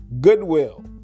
Goodwill